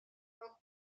sont